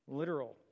literal